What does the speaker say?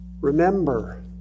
remember